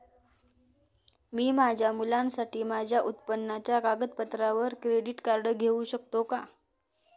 मी माझ्या मुलासाठी माझ्या उत्पन्नाच्या कागदपत्रांवर क्रेडिट कार्ड घेऊ शकतो का?